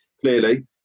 clearly